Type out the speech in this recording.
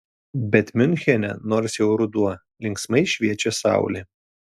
bet miunchene nors jau ruduo linksmai šviečia saulė